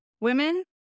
women